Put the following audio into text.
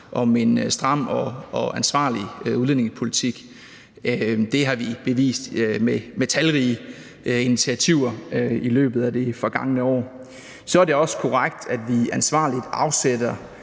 om en stram og ansvarlig udlændingepolitik. Det har vi bevist med talrige initiativer i løbet af det forgangne år. Så er det også korrekt, at vi ansvarligt afsætter